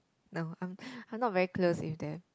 no I'm I'm not very close with them